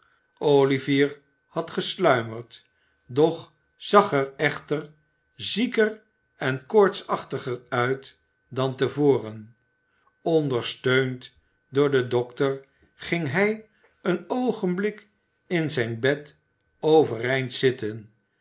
olivier had gesluimerd doch zag er echter zieker en koortsachtiger uit dan te voren ondersteund door den dokter ging hij een oogenblik in zijn bed overeind zitten